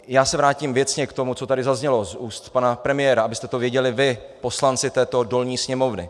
Já se vrátím věcně k tomu, co tady zaznělo z úst pana premiéra, abyste to věděli vy, poslanci této dolní sněmovny.